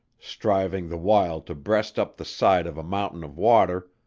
striving the while to breast up the side of a mountain of water,